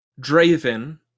draven